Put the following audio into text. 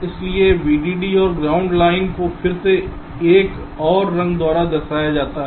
इसलिए VDD और ground lines को फिर से एक और रंग द्वारा दर्शाया जाता है